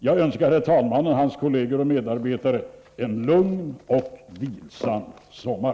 Jag önskar herr talmannen, hans kolleger och medarbetare en lugn och vilsam sommar!